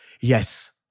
yes